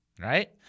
right